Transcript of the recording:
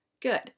Good